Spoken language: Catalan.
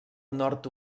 nord